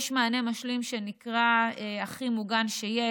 יש מענה משלים שנקרא "הכי מוגן שיש",